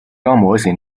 模型